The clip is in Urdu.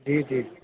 جی جی جی